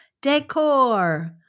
decor